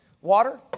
water